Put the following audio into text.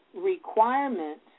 requirements